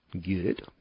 Good